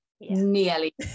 nearly